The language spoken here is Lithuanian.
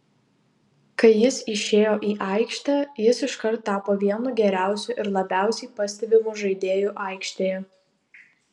kai jis išėjo į aikštę jis iškart tapo vienu geriausiu ir labiausiai pastebimu žaidėju aikštėje